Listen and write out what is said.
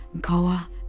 Goa